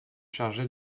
chargé